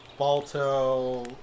Balto